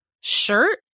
shirt